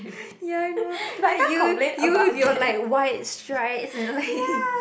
ya I know you you with your like wide strides and like